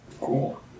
cool